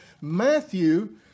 Matthew